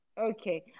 Okay